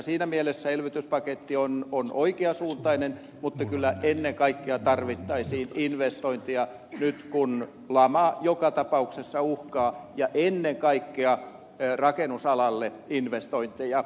siinä mielessä elvytyspaketti on oikean suuntainen mutta kyllä ennen kaikkea tarvittaisiin investointeja nyt kun lama joka tapauksessa uhkaa ja ennen kaikkea rakennusalalle investointeja